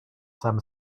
some